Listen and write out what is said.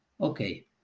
Okay